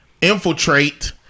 infiltrate